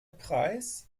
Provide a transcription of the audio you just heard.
preis